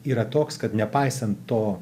yra toks kad nepaisant to